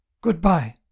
Good-bye